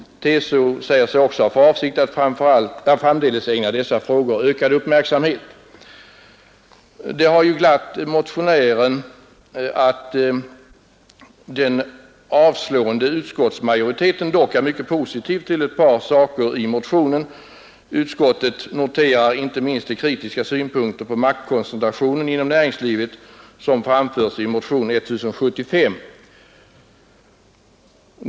TCO säger sig ha för avsikt att framdeles ägna dessa frågor ökad uppmärksamhet. Det har glatt motionärerna att den avstyrkande utskottsmajoriteten ställer sig mycket positiv till ett par saker i motionen. Utskottet noterar med gillande de kritiska synpunkter på maktkoncentrationen inom näringslivet som framförs i motionen 1075.